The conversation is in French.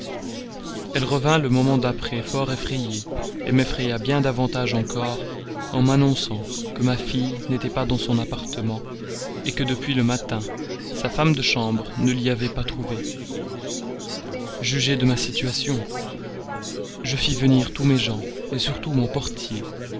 elle revint le moment d'après fort effrayée m'effraya bien davantage encore en m'annonçant que ma fille n'était pas dans son appartement que depuis le matin sa femme de chambre ne l'y avait pas trouvée jugez de ma situation je fis venir tous mes gens surtout mon portier